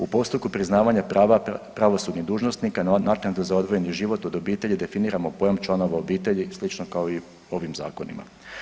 U postupku priznavanja prava pravosudnih dužnosnika na naknadu za odvojeni život od obitelji definiramo pojam članova obitelji, slično kao i ovim zakonima.